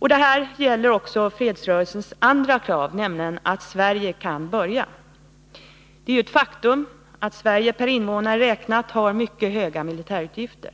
Detta gäller också fredsrörelsens andra krav, nämligen att Sverige kan börja. Det är ett faktum att Sverige per invånare räknat har mycket höga militärutgifter.